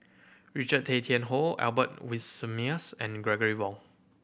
Richard Tay Tian Hoe Albert Winsemius and Gregory Wong